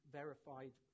verified